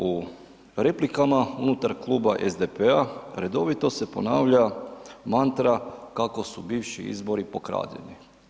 U replikama unutar Kluba SDP-a redovito se ponavlja mantra kako su bivši izbori pokradeni.